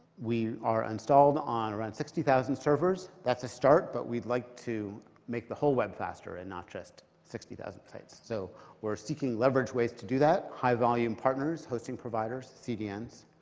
we are installed on around sixty thousand servers. that's a start, but we'd like to make the whole web faster, and not just sixty thousand sites. so we're seeking leveraged ways to do that high volume partners, hosting providers, cdns.